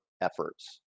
efforts